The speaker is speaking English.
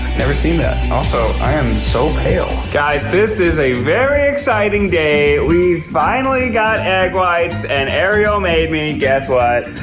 never seen that. also, i am so pale. guys this is a very exciting day. we finally got egg whites and ariel made me guess what,